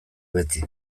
beti